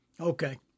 Okay